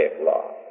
Law